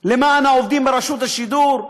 למען העובדים ברשות השידור,